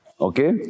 okay